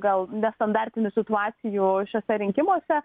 gal nestandartinių situacijų šiuose rinkimuose